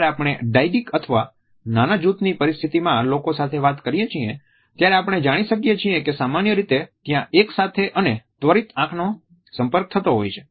જ્યારે આપણે ડાયડીક અથવા નાના જૂથની પરિસ્થિતિમાં લોકો સાથે વાત કરીએ છીએ ત્યારે આપણે જાણી શકીએ છીએ કે સામાન્ય રીતે ત્યાં એક સાથે અને ત્વરિત આંખનો સંપર્ક થતો હોય છે